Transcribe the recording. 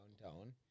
downtown